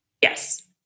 Yes